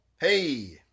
Hey